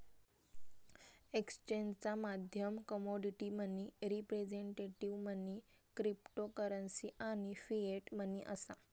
एक्सचेंजचा माध्यम commodity money, representative money, cryptocurrency आणि फिएट मनी असा